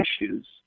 issues